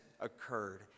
occurred